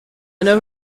know